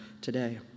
today